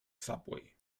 subway